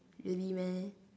really meh